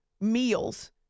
meals